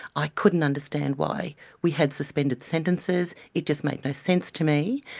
i couldn't understand why we had suspended sentences, it just made no sense to me.